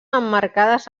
emmarcades